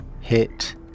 hit